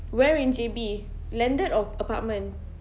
where in J_B landed or apartment